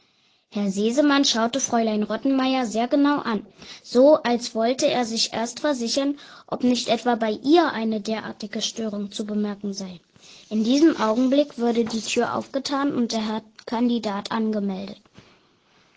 herr sesemann schaute fräulein rottenmeier sehr genau an so als wollte er sich erst versichern ob nicht etwa bei ihr eine derartige störung zu bemerken sei in diesem augenblick wurde die tür aufgetan und der herr kandidat angemeldet